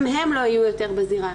גם הם לא יהיו יותר בזירה.